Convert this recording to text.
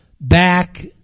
back